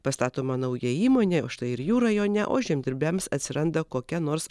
pastatoma nauja įmonė o štai ir jų rajone o žemdirbiams atsiranda kokia nors